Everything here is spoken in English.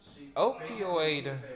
opioid